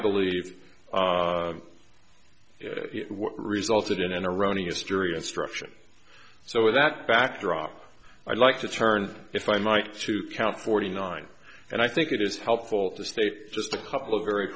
believe what resulted in an erroneous jury instruction so with that backdrop i'd like to turn if i might to count forty nine and i think it is helpful to state just a couple of very